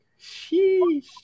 sheesh